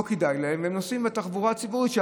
והם נוסעים בתחבורה ציבורית,